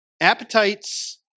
Appetites